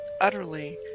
utterly